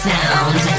Sound